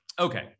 Okay